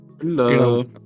Hello